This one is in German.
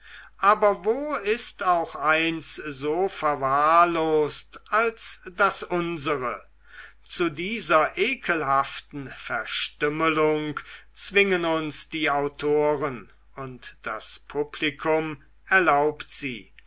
aber wo ist auch eins so verwahrlost als das unsere zu dieser ekelhaften verstümmelung zwingen uns die autoren und das publikum erlaubt sie